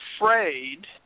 afraid